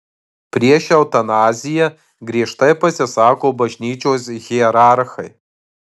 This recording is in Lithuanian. prieš eutanaziją giežtai pasisako bažnyčios hierarchai